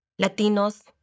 Latinos